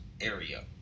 area